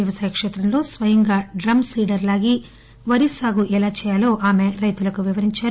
వ్యవసాయ కేత్రంలో స్వయంగా డ్రమ్ సీడర్ లాగి వరి సాగు ఎలా చేయాలో రైతులకు వివరించారు